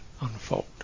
unfold